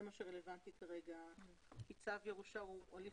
זה מה שכרגע רלוונטי כי צו ירושה הוא הליך